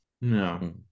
No